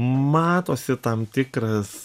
matosi tam tikras